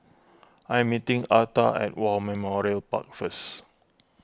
I am meeting Arta at War Memorial Park first